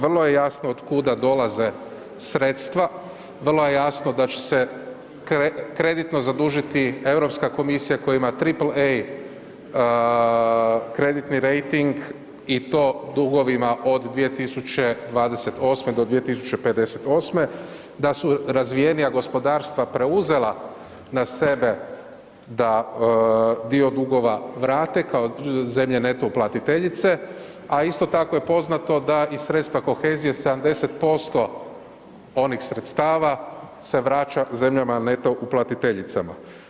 Vrlo je jasno otkuda dolaze sredstva, vrlo je jasno da će se kreditno zadužiti Europska komisija koja ima triple AAA kreditni rejting i to dugovima od 2028.-2058., da su razvijenija gospodarstva preuzela na sebe da dio dugova vrate kao zemlje neto uplatiteljice, a isto tako je poznato da i sredstva kohezije 70% onih sredstava se vraća zemljama neto uplatiteljicama.